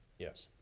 yes.